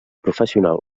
professional